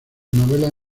novelas